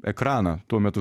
ekraną tuo metu